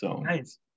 Nice